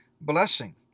blessing